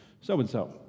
so-and-so